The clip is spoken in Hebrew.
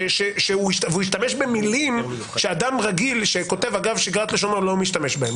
שהוא השתמש במילים שאדם רגיל שכותב אגב שגרת לשונו לא משתמש בהן.